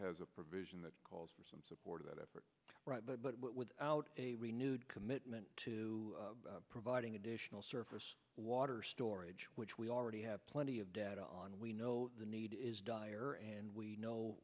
has a provision that calls for some support of that effort but without a renewed commitment to providing additional surface water storage which we already have plenty of data on we know the need is dire and we know